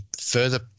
further